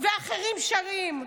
ואחרים שרים.